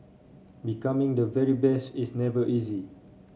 becoming the very best is never easy